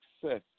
success